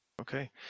Okay